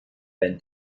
peine